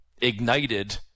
ignited